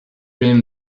been